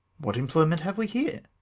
what employment have we here?